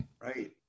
right